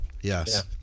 yes